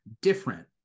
different